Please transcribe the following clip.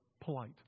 polite